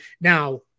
Now